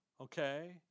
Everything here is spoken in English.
okay